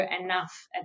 enough